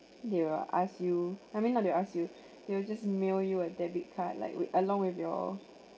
they will ask you I mean not they'll ask you they will just mail you a debit card like with along with your